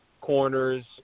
corners